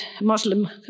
Muslim